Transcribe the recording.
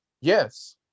yes